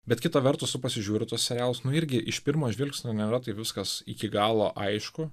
bet kita vertus tu pasižiūri tuos serialus nu irgi iš pirmo žvilgsnio nėra tai viskas iki galo aišku